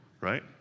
right